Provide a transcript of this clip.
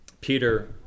Peter